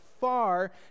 far